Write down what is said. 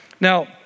Now